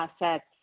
assets